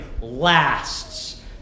lasts